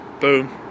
boom